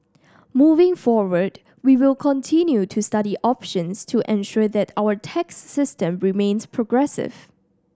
moving forward we will continue to study options to ensure that our tax system remains progressive